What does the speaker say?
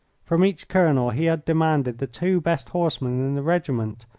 from each colonel he had demanded the two best horsemen in the regiment,